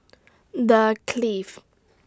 The Clift